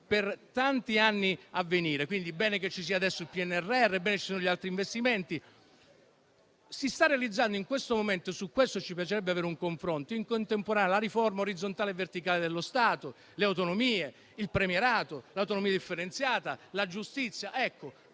per tanti anni a venire. Bene quindi che ci sia adesso il PNRR e che ci siano gli altri investimenti. Si sta realizzando in questo momento - e su questo ci piacerebbe avere un confronto - in contemporanea la riforma orizzontale e verticale dello Stato, le autonomie, il premierato, l'autonomia differenziata, la riforma